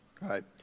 Right